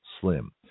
slim